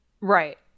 Right